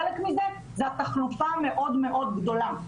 חלק מזה זה התחלופה המאוד גדולה.